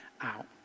out